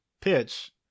pitch